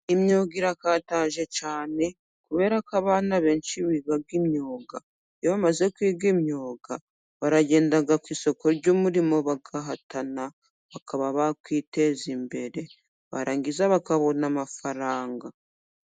Imyuga irakataje cyane kubera ko abana benshi biga imyuga, iyo bamaze kwiga imyuga, baragenda ku isoko ry'umurimo bagahatana, bakaba bakwiteza imbere, barangiza bakabona amafaranga.